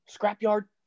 scrapyard